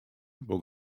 wol